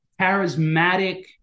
charismatic